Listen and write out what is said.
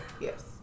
Yes